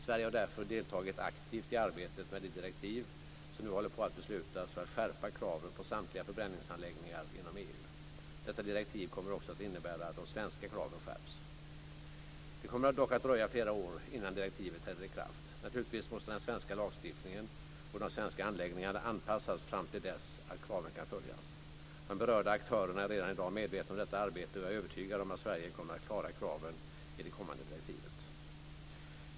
Sverige har därför deltagit aktivt i arbetet med det direktiv som nu håller på att beslutas för att skärpa kraven på samtliga förbränningsanläggningar inom EU. Detta direktiv kommer också att innebära att de svenska kraven skärps. Det kommer dock att dröja flera år innan direktivet träder i kraft. Naturligtvis måste den svenska lagstiftningen och de svenska anläggningarna anpassas fram till dess så att kraven kan följas. De berörda aktörerna är redan i dag medvetna om detta arbete, och jag är övertygad om att Sverige kommer att klara kraven i det kommande direktivet.